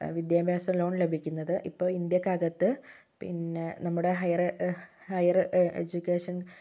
വിദ്യാഭ്യാസ ലോൺ ലഭിക്കുന്നത് ഇപ്പോൾ ഇന്ത്യക്ക് അകത്ത് പിന്നെ നമ്മുടെ ഹൈർ ഹൈർ എജുക്കേഷൻ